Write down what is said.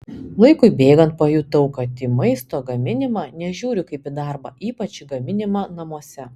laikui bėgant pajutau kad į maisto gaminimą nežiūriu kaip į darbą ypač į gaminimą namuose